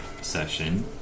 session